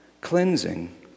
Cleansing